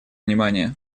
внимания